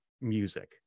music